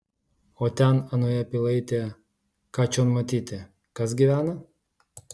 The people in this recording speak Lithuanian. o ten anoje pilaitėje ką čion matyti kas gyvena